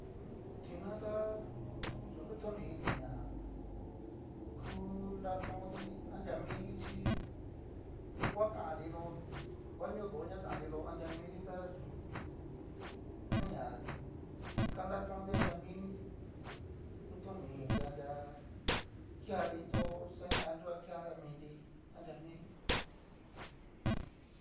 Tika yu ta kutoni inina ku nratonti anria miti chí, ngua kanti tu ngua nodo ña kanti tu anria miti ta yu kain ña kanratonti anria miniti kutoni initá anria keati to seña anria kea miti anria mití.